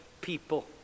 people